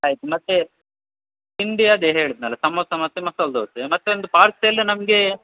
ಆಯ್ತು ಮತ್ತು ತಿಂಡಿ ಅದೆ ಹೇಳಿದ್ನಲ ಸಮೋಸ ಮತ್ತು ಮಸಾಲ ದೋಸೆ ಮತ್ತೊಂದು ಪಾರ್ಸೆಲ್ ನಮಗೆ